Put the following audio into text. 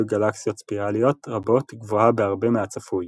גלקסיות ספירליות רבות גבוהה בהרבה מהצפוי.